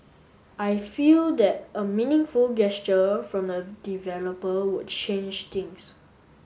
I feel that a meaningful gesture from the developer would change things